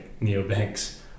neobanks